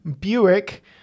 Buick